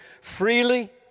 freely